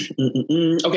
Okay